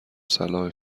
صلاح